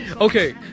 Okay